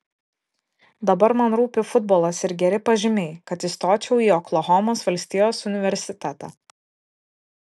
dabar man rūpi futbolas ir geri pažymiai kad įstočiau į oklahomos valstijos universitetą